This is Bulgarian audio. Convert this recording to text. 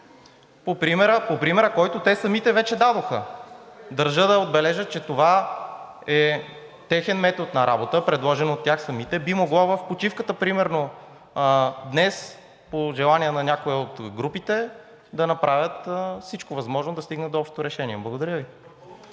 по примера, който те самите вече дадоха. Държа да отбележа, че това е техен метод на работа, предложен от тях самите. Би могло в почивката, примерно днес, по желание на някоя от групите, да направят всичко възможно до стигнат до общо решение. Благодаря Ви.